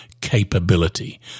capability